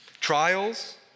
Trials